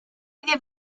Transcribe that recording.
iddi